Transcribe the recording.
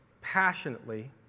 passionately